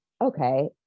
Okay